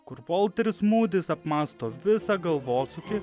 kur polteris mūdis apmąsto visą galvosūkį